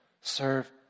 serve